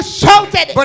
shouted